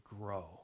grow